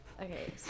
Okay